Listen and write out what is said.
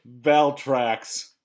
Valtrax